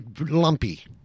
lumpy